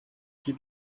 die